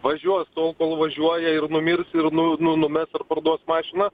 važiuos tol kol važiuoja ir numirs ir nu nu numes ar parduos mašiną